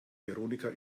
veronika